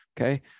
okay